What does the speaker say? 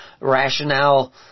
rationale